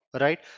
Right